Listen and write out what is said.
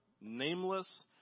nameless